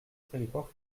territoire